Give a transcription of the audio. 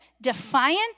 defiant